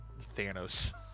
Thanos